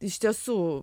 iš tiesų